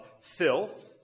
filth